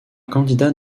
candidat